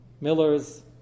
Miller's